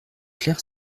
clair